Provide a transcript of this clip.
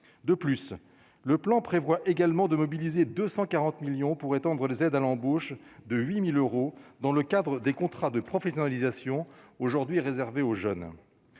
de plus, le plan prévoit également de mobiliser 240 millions pour étendre les aides à l'embauche de 8000 euros, dans le cadre des contrats de professionnalisation, aujourd'hui réservée aux jeunes